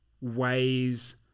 ways